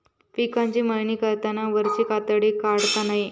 पिकाची मळणी करताना वरची कातडी काढता नये